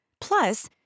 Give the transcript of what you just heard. Plus